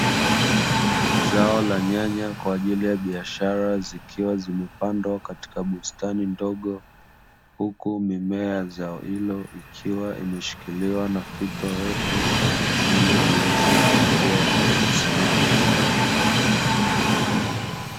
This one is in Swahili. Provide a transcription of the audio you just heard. Zao la nyanya kwa ajili ya biashara zikiwa zimepandwa katika bustani ndogo, huku mimea ya zao hilo ikiwa imeshikiliwa na fito refu ili iweze kukua kwa Kusimama.